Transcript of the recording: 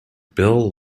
bill